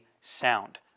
sound